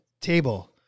table